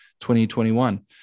2021